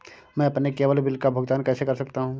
मैं अपने केवल बिल का भुगतान कैसे कर सकता हूँ?